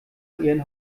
ihren